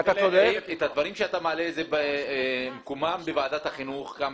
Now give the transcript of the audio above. את הדברים שאתה מעלה מקומם בוועדת החינוך.